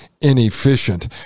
inefficient